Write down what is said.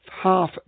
half